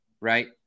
right